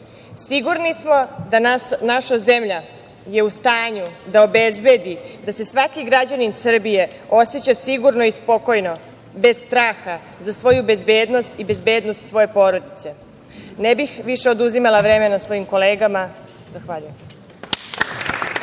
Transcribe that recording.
Sigurni smo da je naša zemlja u stanju da obezbedi da se svaki građanin Srbije oseća sigurno i spokojno, bez straha za svoju bezbednost i bezbednost svoje porodice. Ne bih više oduzimala vremena svojim kolegama. Zahvaljujem.